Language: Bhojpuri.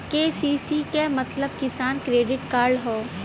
के.सी.सी क मतलब किसान क्रेडिट कार्ड हौ